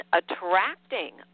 attracting